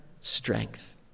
strength